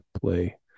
play